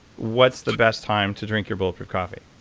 what's the best time to drink your bulletproof coffee?